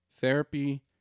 Therapy